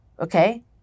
Okay